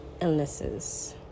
illnesses